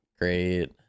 great